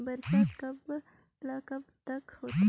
बरसात कब ल कब तक होथे?